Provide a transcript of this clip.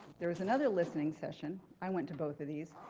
there was another listening session. i went to both of these.